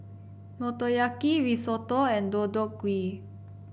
Motoyaki Risotto and Deodeok Gui